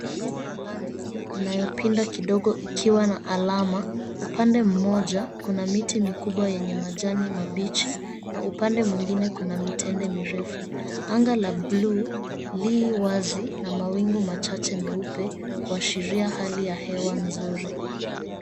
Barabara ya lami inayopinda kidogo ikiwa na alama. Upande mmoja, kuna miti mikubwa yenye majani mabichi na upande mwingine kuna mitende mirefu. Anga la bluu li wazi na mawingu machache meupe, kuashiria hali ya hewa nzuri.